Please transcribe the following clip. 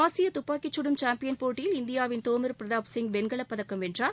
ஆசிய துப்பாக்கிச்சுடும் சாம்பியன் போட்டியில் இந்தியாவின் தோமர் பிரதாப் சிங் வெண்கலப் பதக்கம் வென்றார்